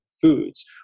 foods